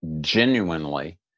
genuinely